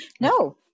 No